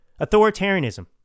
Authoritarianism